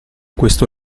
questo